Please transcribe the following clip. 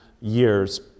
years